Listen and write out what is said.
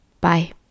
Bye